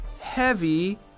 heavy